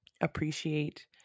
appreciate